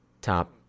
top